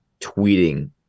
tweeting